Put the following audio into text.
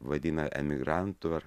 vadina emigrantu ar